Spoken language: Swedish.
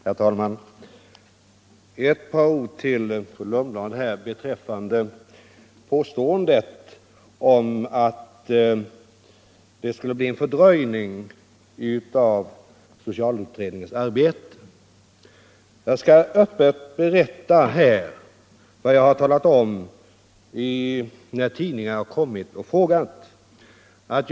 Herr talman! Några ord till fru Lundblad beträffande påståendet om att jag skulle fördröja socialutredningens arbete. Jag skall öppet berätta vad jag har talat om när man från tidningshåll har frågat mig om detta.